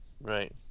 right